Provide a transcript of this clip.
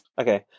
Okay